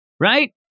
right